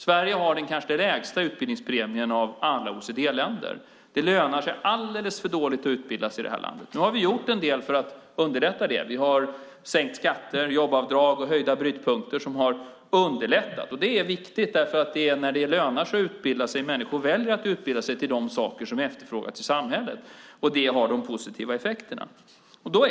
Sverige har den kanske lägsta utbildningspremien av alla OECD-länder. Det lönar sig alldeles för dåligt att utbilda sig i det här landet. Nu har vi gjort en del för att underlätta det. Vi har sänkt skatter, infört jobbavdrag och höjt brytpunkter, vilket har underlättat. Det är viktigt, för det är när det lönar sig att utbilda sig som människor väljer att utbilda sig till de saker som efterfrågas i samhället. Det har de positiva effekterna.